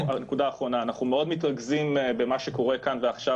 אנחנו מאוד מתרכזים במה שקורה כאן ועכשיו,